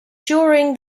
during